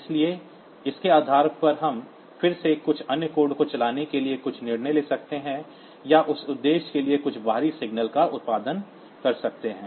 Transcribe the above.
इसलिए इसके आधार पर हम फिर से कुछ अन्य कोड को चलाने के लिए कुछ निर्णय ले सकते हैं या उस उद्देश्य के लिए कुछ बाहरी सिग्नल का उत्पादन कर सकते हैं